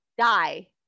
die